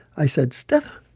i said, steph,